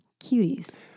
Cuties